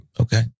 Okay